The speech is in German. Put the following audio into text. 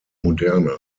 moderne